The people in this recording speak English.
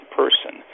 person